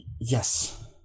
yes